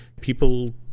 People